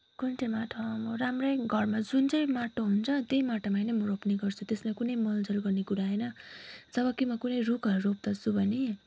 कुन चाहिँ माटोमा म राम्रै घरमा जुन चाहिँ माटो हुन्छ त्यही माटोमा नै म रोप्ने गर्छु त्यसमा कुनै मलजल गर्ने कुरा आएन जब के म कुनै रुखहरू रोप्दछु भने